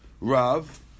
Rav